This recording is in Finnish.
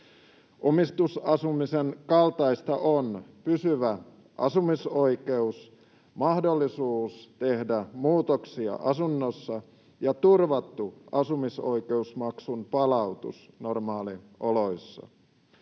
Omistusasumisen kaltaista on pysyvä asumisoikeus, mahdollisuus tehdä muutoksia asunnossa ja turvattu asumisoikeusmaksun palautus normaalioloissa.